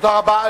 תודה רבה.